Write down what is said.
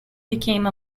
became